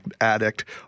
addict